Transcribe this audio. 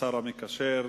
השר המקשר,